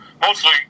Mostly